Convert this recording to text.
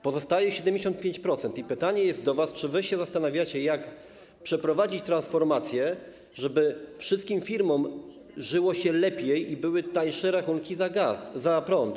Pozostaje 75% i jest do was pytanie: Czy wy się zastanawiacie, jak przeprowadzić transformację, żeby wszystkim firmom żyło się lepiej i były tańsze rachunki za gaz, za prąd?